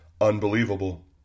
unbelievable